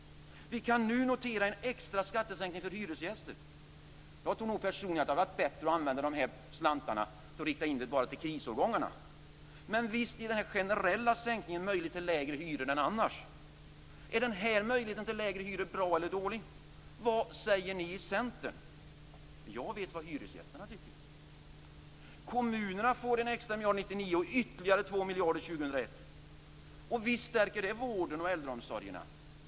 Vi kan nu notera en extra skattesänkning för hyresgäster. Jag tror personligen att det hade varit bättre att bara rikta in de här slantarna till krisårgångarna. Men visst ger den här generella sänkningen möjlighet till lägre hyror än annars. Är denna möjlighet till lägre hyror bra eller dålig? Vad säger ni i Centern? Jag vet vad hyresgästerna tycker. Kommunerna får en extra miljard 1999 och ytterligare två miljarder 2001. Visst stärker det vården och äldreomsorgen.